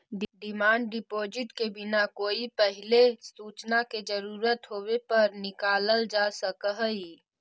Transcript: demand deposit के बिना कोई पहिले सूचना के जरूरत होवे पर निकालल जा सकऽ हई